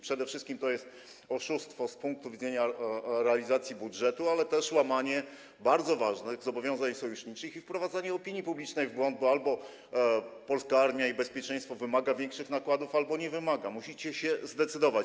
Przede wszystkim to jest oszustwo z punktu widzenia realizacji budżetu, ale też łamanie bardzo ważnych zobowiązań sojuszniczych i wprowadzanie opinii publicznej w błąd, bo albo polska armia i bezpieczeństwo wymagają większych nakładów, albo nie wymagają - musicie się zdecydować.